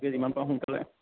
গতিকে যিমান পাৰোঁ সোনকালে